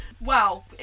Wow